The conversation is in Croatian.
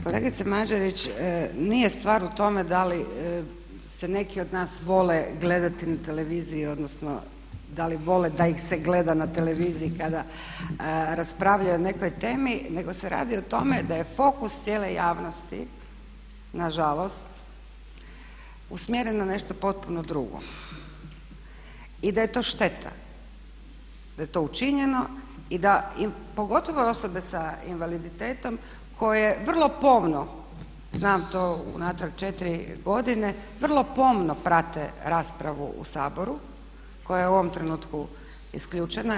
Kolegice Mađarić, nije stvar u tome da li se neki od nas vole gledati na televiziji, odnosno da li vole da ih se gleda na televiziji kada raspravljaju o nekoj temi, nego se radi o tome da je fokus cijele javnosti na žalost usmjeren na nešto potpuno drugo i da je to šteta da je to učinjeno i da, pogotovo i osobe sa invaliditetom koje vrlo pomno, znam to to unatrag četiri godine, vrlo pomno prate raspravu u Saboru koja je u ovom trenutku isključena.